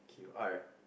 you are